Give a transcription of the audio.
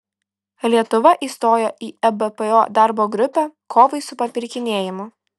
lietuva įstojo į ebpo darbo grupę kovai su papirkinėjimu